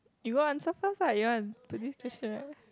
you go on start first lah you want to do this question